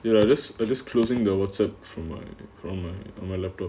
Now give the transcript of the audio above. you know just a closing the WhatsApp from my from my my laptop